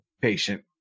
patient